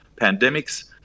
pandemics